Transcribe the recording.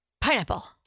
pineapple